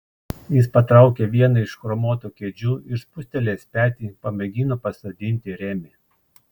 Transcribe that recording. jis patraukė vieną iš chromuotų kėdžių ir spustelėjęs petį pamėgino pasodinti remį